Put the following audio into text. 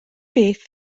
beth